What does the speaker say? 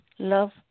Love